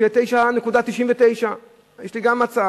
שיהיה 9.99. יש לי גם הצעה.